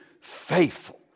faithful